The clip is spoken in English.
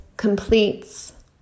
completes